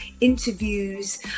interviews